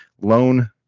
loan